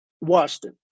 Washington